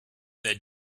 that